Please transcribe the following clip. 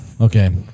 Okay